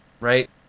right